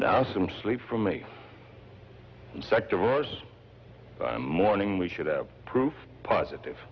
now some sleep for me sector wars morning we should have proof positive